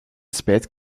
spijt